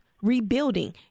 rebuilding